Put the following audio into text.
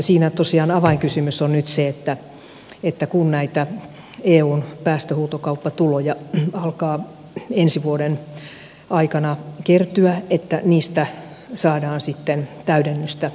siinä tosiaan avainkysymys on nyt se että kun näitä eun päästöhuutokauppatuloja alkaa ensi vuoden aikana kertyä niistä saadaan sitten täydennystä kehitysyhteistyöbudjettiin